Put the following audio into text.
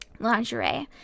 lingerie